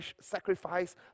sacrifice